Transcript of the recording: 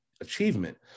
achievement